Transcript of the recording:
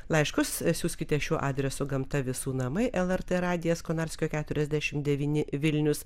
laiškus siųskite šiuo adresu gamta visų namai lrt radijas konarskio keturiasdešimt devyni vilnius